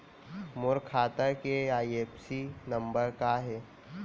मोर खाता के IFSC number का हे?